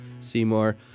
Seymour